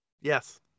Yes